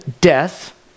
death